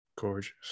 Gorgeous